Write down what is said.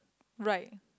right